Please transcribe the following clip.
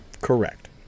Correct